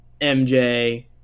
MJ